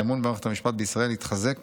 האמון במערכת המשפט בישראל יתחזק